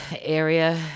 area